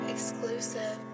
Exclusive